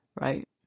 Right